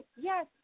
Yes